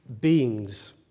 beings